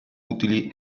utili